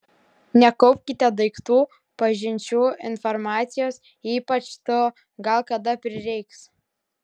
nekaupkite daiktų pažinčių informacijos ypač tų gal kada prireiks